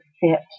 fit